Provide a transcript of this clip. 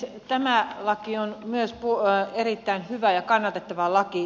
myös tämä laki on erittäin hyvä ja kannatettava laki